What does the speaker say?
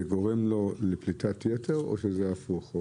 זה גורם לפליטת יתר או שזה הפוך?